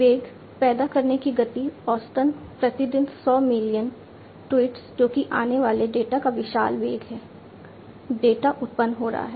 वेग पैदा करने की गति औसतन प्रति दिन 100 मिलियन ट्वीट्स जो कि आने वाले डेटा का विशाल वेग है डेटा उत्पन्न हो रहा है